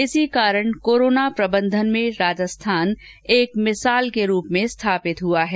इसी कारण कोरोना प्रबन्धन में राजस्थान एक मिसाल के रूप में स्थापित हआ है